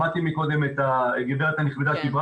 שמעתי קודם את הגברת הנכבדה שדיברה